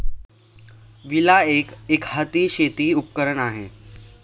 विळा एक, एकहाती शेती उपकरण आहे